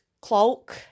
cloak